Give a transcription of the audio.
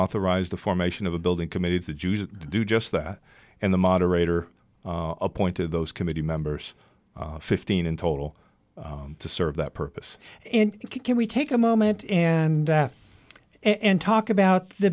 authorize the formation of a building committee of the jews to do just that and the moderator appointed those committee members fifteen in total to serve that purpose and can we take a moment and and talk about the